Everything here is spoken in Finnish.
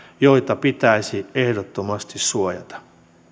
joita pitäisi ehdottomasti suojata